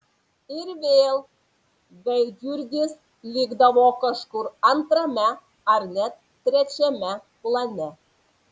ir vėl gaidjurgis likdavo kažkur antrame ar net trečiame plane